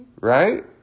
Right